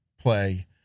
play